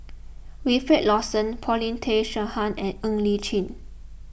Wilfed Lawson Paulin Tay Straughan and Ng Li Chin